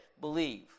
Believe